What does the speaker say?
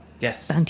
Yes